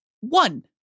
one